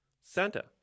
Santa